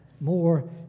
More